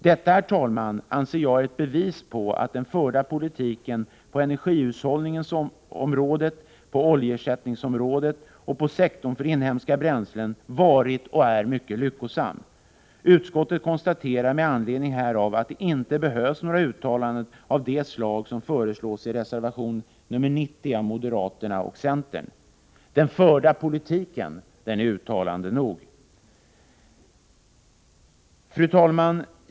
Detta, fru talman, anser jag vara ett bevis på att den förda politiken på energihushållningens område, på oljeersättningsområdet och inom sektorn för inhemska bränslen har varit, och är, mycket lyckosam. Utskottet konstaterar med anledning härav att det inte behövs några uttalanden av det slag som föreslås i reservation 90 från moderaterna och centern. Den förda politiken är uttalande nog.